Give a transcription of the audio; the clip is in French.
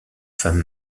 femme